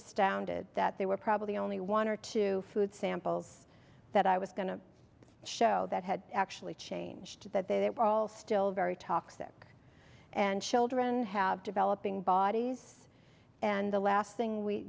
astounded that there were probably only one or two food samples that i was going to show that had actually changed that they were all still very toxic and children have developing bodies and the last thing we